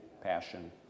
Passion